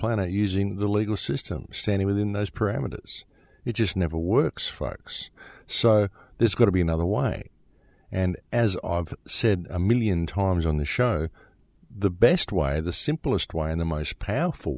planet using the legal system standing within those parameters it just never works fucks so there's got to be another way and as i said a million times on the show the best why the simplest why and the mice powerful